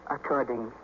According